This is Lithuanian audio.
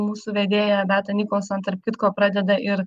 mūsų vedėja beata nikolson tarp kitko pradeda ir